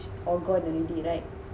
all gone already right